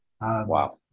Wow